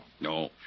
No